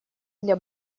для